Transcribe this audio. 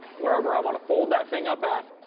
wherever i want to fold that thing up at,